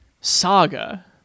saga